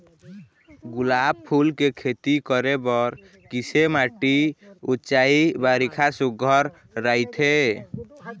गुलाब फूल के खेती करे बर किसे माटी ऊंचाई बारिखा सुघ्घर राइथे?